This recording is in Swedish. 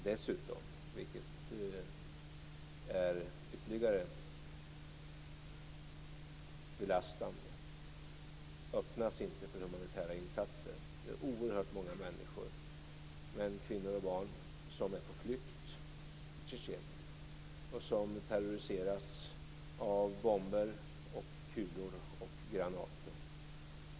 Dessutom, vilket är ytterligare belastande, öppnas inte för humanitära insatser. Oerhört många människor, både män, kvinnor och barn, är på flykt i Tjetjenien och terroriseras av bomber, kulor och granater.